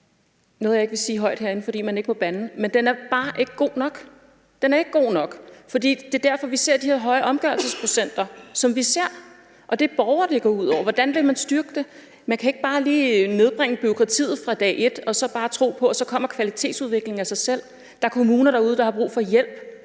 vil jeg ikke sige højt herinde, for man må ikke bande – bare ikke god nok. Det er derfor, vi ser de her høje omgørelsesprocenter. Det er borgere, det går ud over. Hvordan vil man styrke området? Man kan ikke bare lige nedbringe bureaukratiet fra dag et og så bare tro på, at kvalitetsudviklingen så kommer af sig selv. Der er kommuner derude, der har brug for hjælp